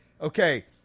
Okay